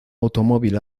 automóvil